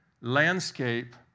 landscape